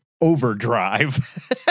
Overdrive